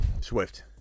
Swift